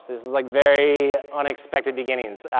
this was like very unexpected beginnings.